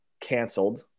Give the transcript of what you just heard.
canceled